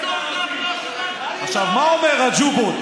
מה אומר רג'וב?